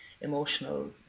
emotional